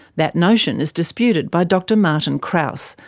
that notion is disputed by dr martin krause,